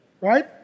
Right